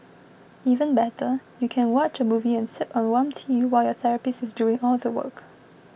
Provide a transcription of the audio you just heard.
even better you can watch a movie and sip on warm tea while your therapist is doing all the work